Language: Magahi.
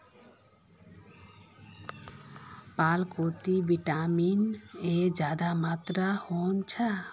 पालकोत विटामिन ए ज्यादा मात्रात होछे